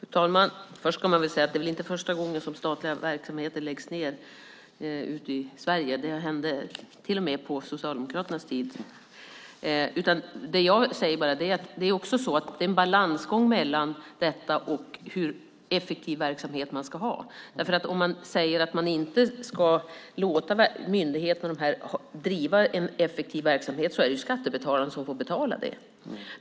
Fru talman! Först ska man väl säga att det inte är första gången som statliga verksamheter läggs ned ute i Sverige. Det hände till och med på Socialdemokraternas tid. Det jag säger är bara att det också är så att det är en balansgång mellan detta och hur effektiv verksamhet man ska ha. Om man inte ska låta myndigheterna driva en effektiv verksamhet är det skattebetalarna som får betala det.